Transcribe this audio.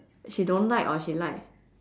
she don't like or she like